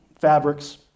fabrics